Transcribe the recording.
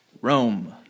Rome